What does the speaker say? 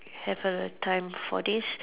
have a time for this